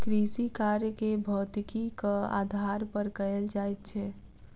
कृषिकार्य के भौतिकीक आधार पर कयल जाइत छै